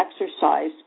exercise